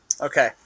Okay